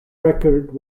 record